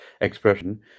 expression